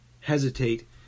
hesitate